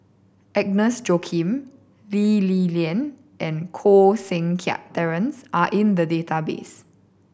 Agnes Joaquim Lee Li Lian and Koh Seng Kiat Terence are in the database